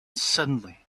suddenly